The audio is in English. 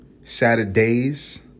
Saturdays